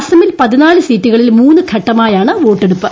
അസമിൽ ീട്ട് സീറ്റുകളിൽ മൂന്ന് ഘട്ടമായാണ് വോട്ടെടുപ്പ്